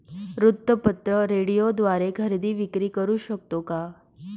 वृत्तपत्र, रेडिओद्वारे खरेदी विक्री करु शकतो का?